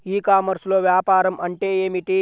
ఈ కామర్స్లో వ్యాపారం అంటే ఏమిటి?